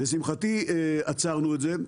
לשמחתי, עצרנו את זה.